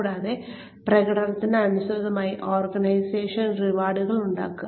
കൂടാതെ പ്രകടനത്തിന് അനുസൃതമായി ഓർഗനൈസേഷണൽ റിവാർഡുകൾ ഉണ്ടാക്കുക